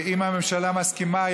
אם הממשלה מסכימה,